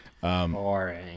Boring